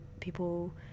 people